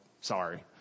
Sorry